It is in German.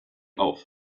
auf